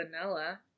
vanilla